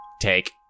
Take